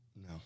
No